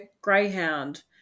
Greyhound